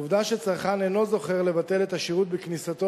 העובדה שצרכן אינו זוכר לבטל את השירות בכניסתו